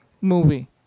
movie